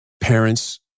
parents